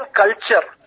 culture